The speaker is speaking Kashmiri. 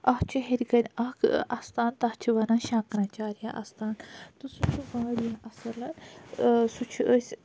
اَتھ چھ ہیٚرِ کٔنۍ اَکھ اَستان تَتھ چھِ وَنان شَنکَر اَچارِیا آستان تہٕ سُہ چھُ وارِیَاہ اَصٕل تہٕ سُہ چھ أسۍ